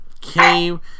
came